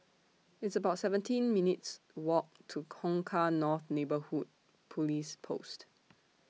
It's about seventeen minutes' Walk to Kong Kah North Neighbourhood Police Post